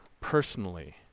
personally